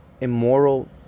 immoral